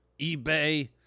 eBay